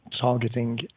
targeting